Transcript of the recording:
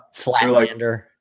Flatlander